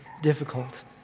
difficult